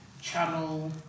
Channel